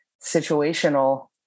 situational